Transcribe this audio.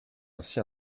ainsi